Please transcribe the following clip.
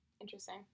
Interesting